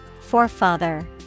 Forefather